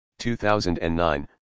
2009